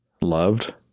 loved